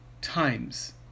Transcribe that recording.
times